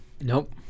Nope